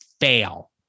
fail